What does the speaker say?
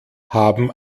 haben